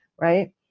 right